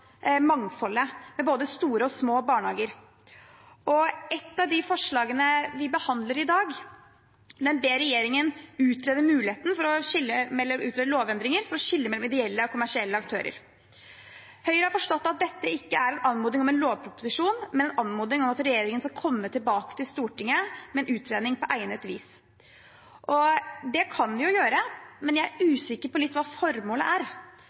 mangfoldet, med både store og små barnehager. Ett av de forslagene vi behandler i dag, ber regjeringen utrede lovendringer for å skille mellom ideelle og kommersielle aktører. Høyre har forstått at dette ikke er en anmodning om en lovproposisjon, men en anmodning om at regjeringen skal komme tilbake til Stortinget med en utredning på egnet vis. Det kan den jo gjøre, men jeg er litt usikker på hva formålet er.